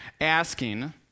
asking